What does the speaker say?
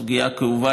סוגיה כאובה,